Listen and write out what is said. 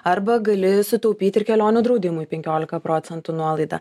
arba gali sutaupyti ir kelionių draudimui penkiolika procentų nuolaidą